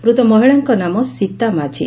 ମୃତ ମହିଳାଙ୍କ ନାମ ସୀତା ମାଝି